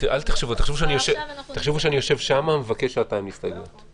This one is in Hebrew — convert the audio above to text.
תחשבו שאני יושב שם, ומבקש שעתיים הסתייגויות.